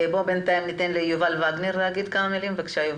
בינתיים ניתן ליובל וגנר להגיד כמה מילים, בבקשה.